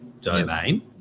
domain